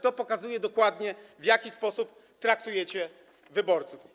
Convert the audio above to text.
To pokazuje dokładnie, w jaki sposób traktujecie wyborców.